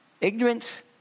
Ignorant